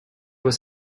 was